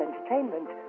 entertainment